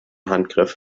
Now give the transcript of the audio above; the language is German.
handgriff